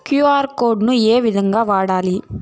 QR code ను ఏ విధంగా వాడాలి?